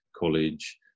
college